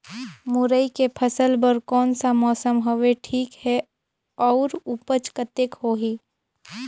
मुरई के फसल बर कोन सा मौसम हवे ठीक हे अउर ऊपज कतेक होही?